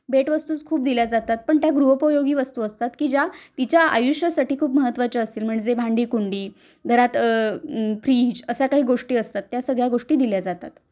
भेटवस्तूच खूप दिल्या जातात पण त्या गृहपयोगी वस्तू असतात की ज्या तिच्या आयुष्यासाठी खूप महत्त्वाच्या असतील म्हणजे भांडीकुंडी घरात फ्रीज अशा काही गोष्टी असतात त्या सगळ्या गोष्टी दिल्या जातात